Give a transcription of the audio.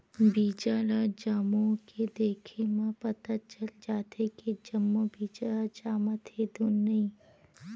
बीजा ल जमो के देखे म पता चल जाथे के जम्मो बीजा ह जामत हे धुन नइ